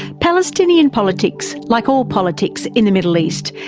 palestinian politics, like all politics in the middle east,